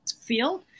Feel